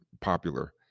popular